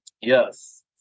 Yes